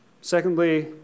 Secondly